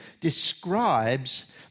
describes